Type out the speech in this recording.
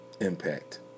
impact